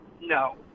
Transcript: No